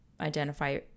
identify